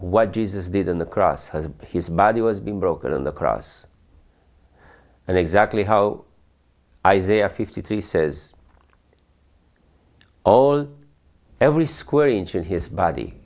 what jesus did on the cross as his body was being broken on the cross and exactly how isaiah fifty three says all every square inch in his body